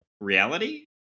reality